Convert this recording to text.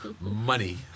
Money